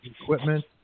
equipment